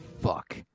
fuck